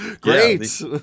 Great